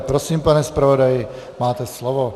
Prosím, pane zpravodaji, máte slovo.